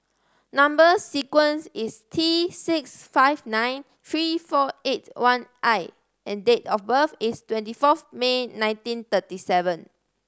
number sequence is T six five nine three four eight one I and date of birth is twenty forth May nineteen thirty seven